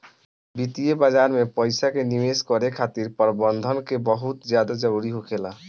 वित्तीय बाजार में पइसा के निवेश करे खातिर प्रबंधन के बहुत ज्यादा जरूरी होखेला